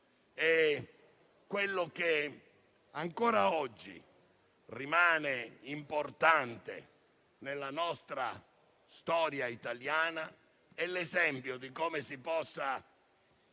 Quello che ancora oggi rimane importante nella nostra storia italiana è l'esempio di come si possa non